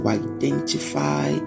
identify